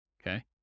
Okay